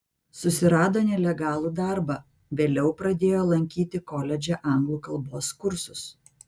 susirado nelegalų darbą vėliau pradėjo lankyti koledže anglų kalbos kursus